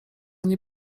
nie